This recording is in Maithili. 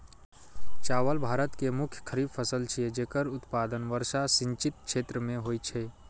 चावल भारत के मुख्य खरीफ फसल छियै, जेकर उत्पादन वर्षा सिंचित क्षेत्र मे होइ छै